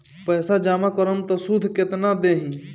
पैसा जमा करम त शुध कितना देही?